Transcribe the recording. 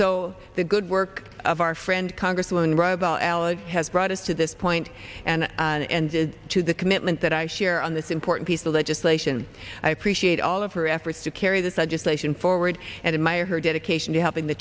so the good work of our friend congresswoman robel alex has brought us to this point and to the commitment that i share on this important piece of legislation i appreciate all of her efforts to carry this legislation forward and in my her dedication to helping the